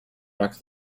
back